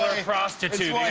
a prostitute,